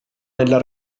nella